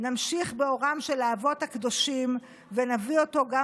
נמשיך באורם של האבות הקדושים ונביא אותו גם